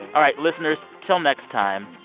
all right, listeners, till next time,